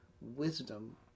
wisdom